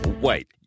Wait